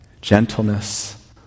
gentleness